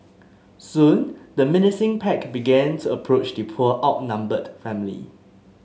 soon the menacing pack began to approach the poor outnumbered family